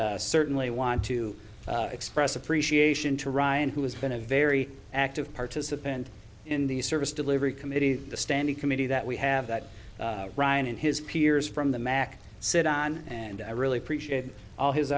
certainly want to express appreciation to ryan who has been a very active participant in the service delivery committee the standing committee that we have that ryan and his peers from the mack sit on and i really appreciate all his